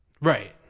Right